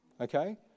okay